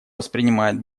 воспринимает